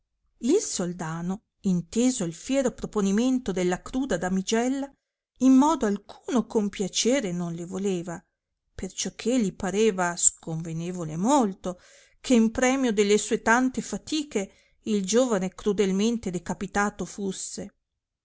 il soldano inteso il fiero proponimento della cruda damigella in modo alcuno compiacere non le voleva perciò che li pareva sconvenevole molto che in premio delle sue tante fatiche il giovane crudelmente decapitato fusse